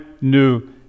new